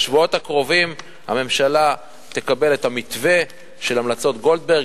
בשבועות הקרובים הממשלה תקבל את המתווה של המלצות גולדברג.